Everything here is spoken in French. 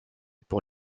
pour